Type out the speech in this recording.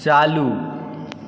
चालू